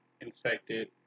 infected